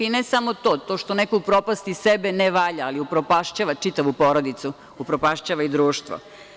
I ne samo to, to što neko upropasti sebe ne valja, ali upropašćava čitavu porodicu, upropašćava i društvo.